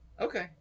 Okay